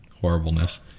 horribleness